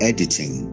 Editing